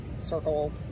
circle